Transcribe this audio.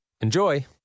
Enjoy